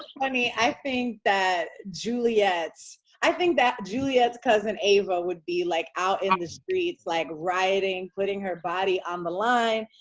i think that juliet's i think that juliet's cousin ava, would be like out in the streets, like rioting, putting her body on the line,